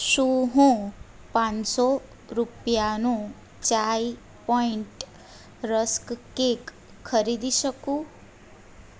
શું હું પાંચ સો રૂપિયાનું ચાય પોઈન્ટ રસ્ક કેક ખરીદી શકું